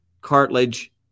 cartilage